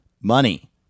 money